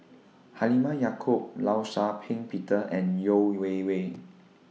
Halimah Yacob law Shau Ping Peter and Yeo Wei Wei